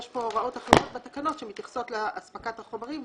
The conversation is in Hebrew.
יש פה הוראות אחרות בתקנות שמתייחסות לאספקת החומרים,